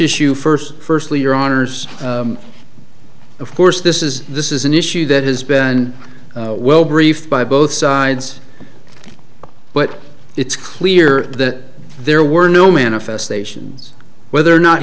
issue first firstly your honour's of course this is this is an issue that has been well briefed by both sides but it's clear that there were no manifestations whether or not